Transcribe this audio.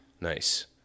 Nice